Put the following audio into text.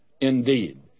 indeed